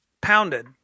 Pounded